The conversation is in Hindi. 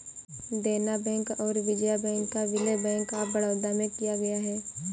देना बैंक और विजया बैंक का विलय बैंक ऑफ बड़ौदा में किया गया है